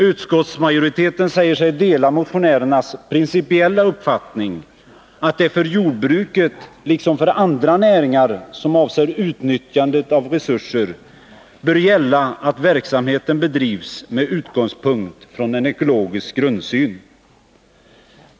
Utskottsmajoriteten säger sig dela motionärernas principiella uppfattning att det för jordbruket liksom för andra näringar som avser utnyttjande av resurser bör gälla att verksamheten bedrivs med utgångspunkt i en ekologisk grundsyn.